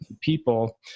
people